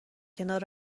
کنار